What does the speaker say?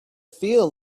feel